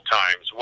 times